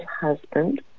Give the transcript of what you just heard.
husband